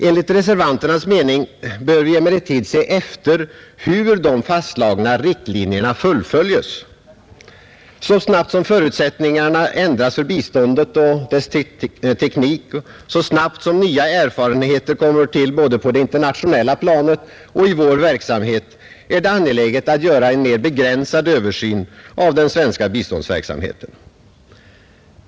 Enligt reservanternas mening bör vi emellertid se efter hur de fastslagna riktlinjerna fullföljes. Så snabbt som förutsättningarna ändras för biståndet och dess teknik, så snabbt som nya erfarenheter kommer till både på det internationella planet och i vår verksamhet är det angeläget att göra en mera begränsad översyn av den svenska biståndsverksamheten.